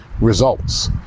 results